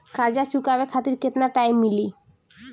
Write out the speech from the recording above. कर्जा चुकावे खातिर केतना टाइम मिली?